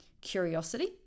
curiosity